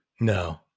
No